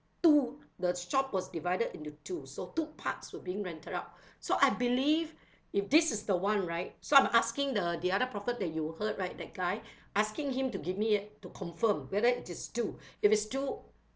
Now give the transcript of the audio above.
two the shop was divided into two so two parts were being rented out so I believe if this is the one right so I'm asking the the other prophet that you heard right that guy asking him to give me to confirm whether it is two if is two